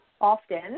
often